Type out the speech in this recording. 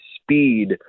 speed